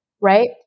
right